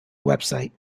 website